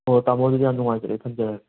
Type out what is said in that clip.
ꯑꯣ ꯇꯥꯃꯣ ꯑꯗꯨꯗꯤ ꯌꯥꯝ ꯅꯨꯡꯉꯥꯏꯖꯔꯦ ꯊꯝꯖꯔꯒꯦ